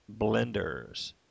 Blenders